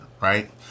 right